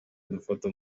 dufata